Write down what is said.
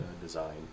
design